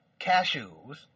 Cashews